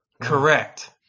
Correct